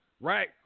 Right